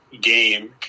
game